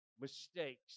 mistakes